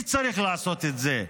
מי צריך לעשות את זה?